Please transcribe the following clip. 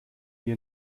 wir